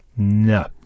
No